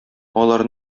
алар